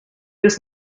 his